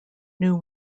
new